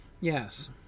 yes